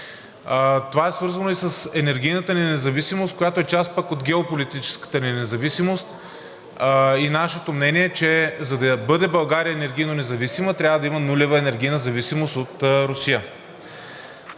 Това е свързано и с енергийната ни независимост, която е част пък от геополитическата ни независимост, и нашето мнение е, че за да бъде България енергийно независима, трябва да има нулева енергийна зависимост от Русия.